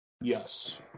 Yes